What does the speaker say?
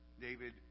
David